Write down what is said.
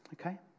Okay